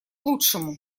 лучшему